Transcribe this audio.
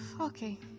Okay